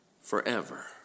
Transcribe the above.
Forever